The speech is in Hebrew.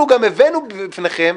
אנחנו גם הבאנו בפניכם,